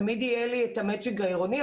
תמיד יהיה לי את המצ'ינג העירוני.